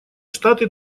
штаты